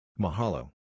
Mahalo